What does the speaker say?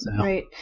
right